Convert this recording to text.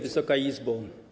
Wysoka Izbo!